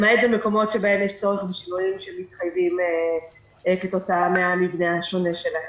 למעט במקומות שבהם יש צורך בשינויים שמתחייבים מהמבנה השונה שלהן.